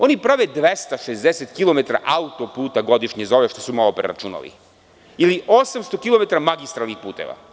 Oni prave 260 km auto-puta godišnje, za ove što su se malo preračunali, ili 800 km magistralnih puteva.